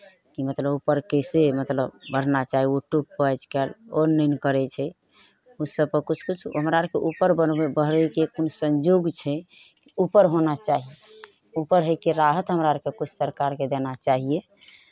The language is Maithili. कि मतलब ऊपर कइसे मतलब बढ़ना चाही यूट्यूबपर आजकल ऑनलाइन करै छै ओसभ पर किछु किछु हमरा आरकेँ ऊपर बनबै बढ़यके किछु सञ्जोग छै ऊपर होना चाही ऊपर होयके राहत हमरा आरकेँ किछु सरकारकेँ देना चाहिए